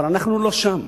אבל אנחנו לא שם.